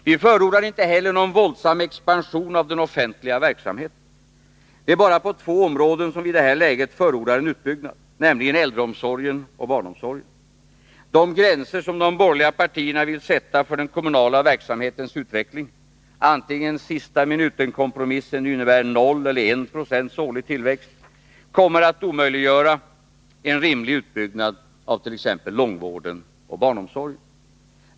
Vi förordar inte heller någon våldsam expansion av den offentliga verksamheten. Det är bara på två områden som vi i det här läget förordar en utbyggnad, nämligen inom äldreomsorgen och barnomsorgen. De gränser som de borgerliga partierna vill sätta för den kommunala verksamhetens utveckling — vare sig sista-minuten-kompromissen nu innebär 0 eller 1 926 årlig tillväxt — kommer att omöjliggöra en rimlig utbyggnad av t.ex. långvården och barnomsorgen.